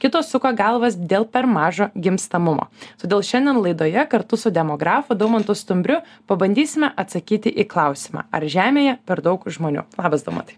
kitos suka galvas dėl per mažo gimstamumo todėl šiandien laidoje kartu su demografu daumantu stumbriu pabandysime atsakyti į klausimą ar žemėje per daug žmonių labas daumantai